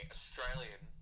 Australian